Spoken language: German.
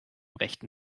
rechten